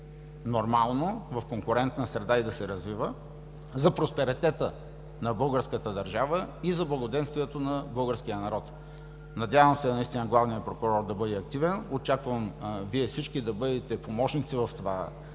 нормално, в конкурентна среда и да се развива, за просперитета на българската държава и за благоденствието на българския народ. Надявам се наистина главният прокурор да бъде активен. Очаквам Вие всички да бъдете помощници в това